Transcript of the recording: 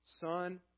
Son